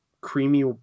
creamy